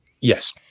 Yes